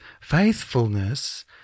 faithfulness